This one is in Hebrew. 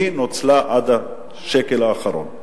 היא נוצלה עד השקל האחרון.